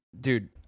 Dude